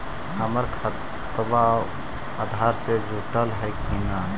हमर खतबा अधार से जुटल हई कि न?